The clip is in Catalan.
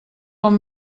com